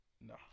No